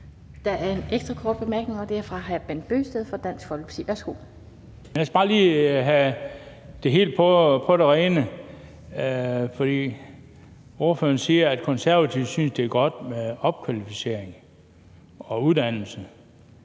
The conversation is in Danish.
Der er en ekstra kort bemærkning, og det er fra hr. Bent Bøgsted fra Dansk Folkeparti. Værsgo. Kl. 16:29 Bent Bøgsted (DF): Jeg skal bare lige have det helt på det rene, for ordføreren siger, at Konservative synes, det godt med opkvalificering og uddannelse.